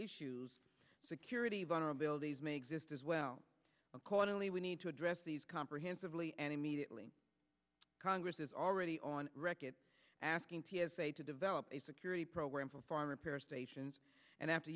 issues security vulnerabilities may exist as well accordingly we need to address these comprehensively and immediately congress is already on record asking t s a to develop a security program for farm repair stations and after